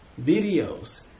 Videos